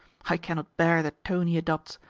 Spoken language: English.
i cannot bear the tone he adopts.